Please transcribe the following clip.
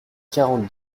quarante